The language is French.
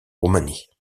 roumanie